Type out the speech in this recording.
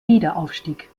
wiederaufstieg